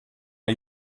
are